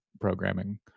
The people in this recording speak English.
programming